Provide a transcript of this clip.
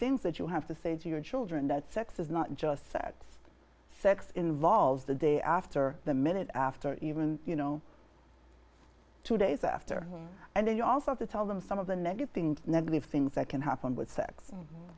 things that you have to say to your children that sex is not just sets sex involves the day after the minute after even you know two days after and then you also have to tell them some of the net you think negative things that can happen with sex and